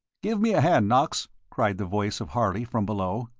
give me a hand, knox! cried the voice of harley from below.